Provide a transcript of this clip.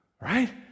Right